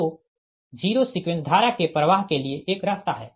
तो zero sequence धारा के प्रवाह के लिए एक रास्ता है